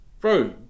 bro